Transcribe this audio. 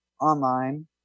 online